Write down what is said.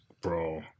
Bro